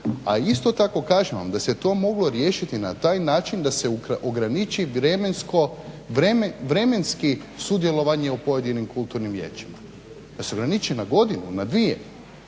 A isto tako kažem vam da se to moglo riješiti na taj način da se ograniči vremenski sudjelovanje u pojedinim kulturnim vijećima. Da se ograniči na godinu, na dvije